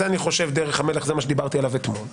זו דרך המלך ועל זה דיברתי אתמול.